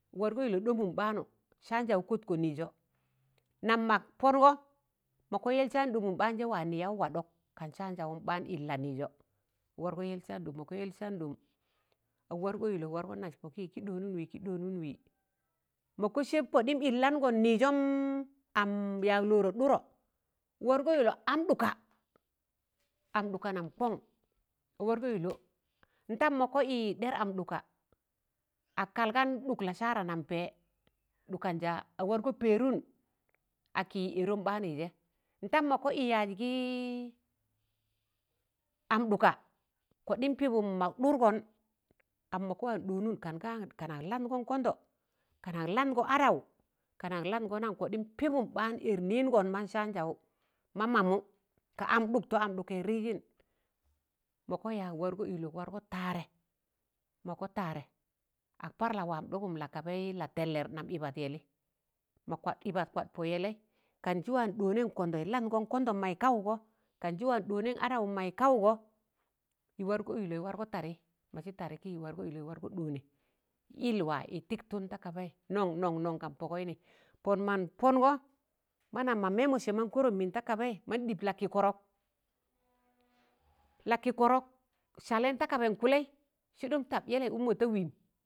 wagọ ilọ ɗọmụm ɓaanụ saanjaụ kọtkọ niijọ, nam mọk pọngọ mọ kọ yẹl saan ɗọmụm ɓaanjẹ wa nịyaụ wadọk kan sa'awụn ḅaan ịlla nịịjọ wargọ yẹl saan ḍọm, mọkọ yẹl saan ḍọm ag wargọ ịlọ wargọ nas pọkị kị ḍọnụn wị kị ḍọnụn wị, mọ kọ sẹb kọḍim ịllan gọn nịịjọm am yaglọrọ dụrọ wargọ, ịlọ an dụka, am dụka nam kọn, ag wargọ ịlọ nitam mọ kọ ị dẹr am dụka ag kalga dụk lasara nam pẹ dụkanja ag wargọ pẹrụn akị ẹrọm baanụi jẹ ndam mọ kị ị yaz gị am dụka, kọḍịm pibum mọk ḍụrgọn am mọ kụ wa ḍọọnụn kan gan kana landgọn kọndọ kana landgọ araụ, kana landgọ nan kọḍim pibụm baan ẹr nịịngọn man saan jau ma mamụ ka am dụk tọ am dụkẹi rịgịn mọ kọ ya wargọ ịlọ, wargọ taarẹ mọ, kọ taarẹ ag par la wam ḍọgụm lakabẹi la tẹllẹr nam ịbat yẹlị mo kwat ịbat kwa pọ yẹli kan ji wa dọọnẹn kọndọ ịz landgọm kọndọm mọi kawụgọ kan jị wa ḍọọnẹn adaụm mọi kawụgọ sị wargọ ịlọ ịz wargọ tari, mọji tari kị ịz wargọ ịlọ ịz wargọ ḍọọnẹ ịz ịlwa ịz tiktụn da kabẹi nọn nọn nọn kan pọgọi ni, pọn man pọngọ manam mọ mị mọ sẹ man kọrọm min da kabẹi ma dịp lakịkọrọk, lakịkọrọk salẹn nda kaba kụlẹi sị dụm tap yẹlẹi ụkmọ da wiim.